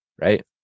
Right